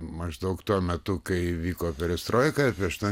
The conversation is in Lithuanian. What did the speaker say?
maždaug tuo metu kai vyko perestroika atvežta